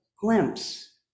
glimpse